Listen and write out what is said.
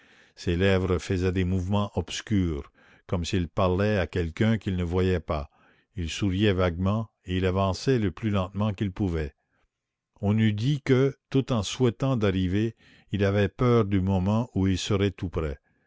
ses lèvres faisaient des mouvements obscurs comme s'il parlait à quelqu'un qu'il ne voyait pas il souriait vaguement et il avançait le plus lentement qu'il pouvait on eût dit que tout en souhaitant d'arriver il avait peur du moment où il serait tout près